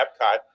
Epcot